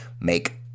make